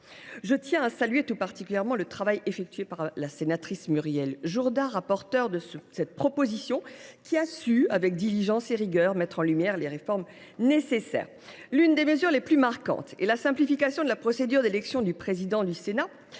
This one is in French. Je tiens à saluer tout particulièrement le travail effectué par la sénatrice Muriel Jourda, rapporteur de cette proposition de résolution, qui a su, avec diligence et rigueur, mettre en lumière les réformes nécessaires. L’une des mesures les plus marquantes est la simplification de la procédure d’élection du président du Sénat